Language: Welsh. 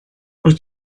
wyt